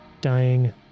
dying